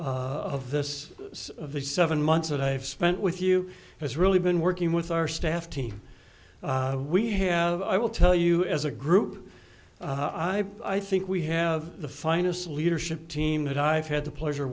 the seven months that i've spent with you has really been working with our staff team we have i will tell you as a group i think we have the finest leadership team that i've had the pleasure